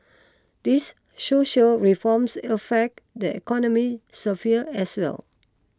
these social reforms affect the economy sphere as well